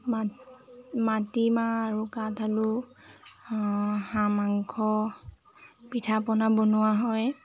মাটিমাহ আৰু কাঠ আলু হাঁহ মাংস পিঠা পনা বনোৱা হয়